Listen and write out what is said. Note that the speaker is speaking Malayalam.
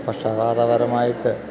പക്ഷപാതപരമായിട്ട്